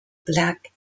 black